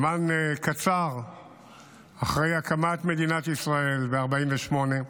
זמן קצר אחרי הקמת מדינת ישראל ב-1948,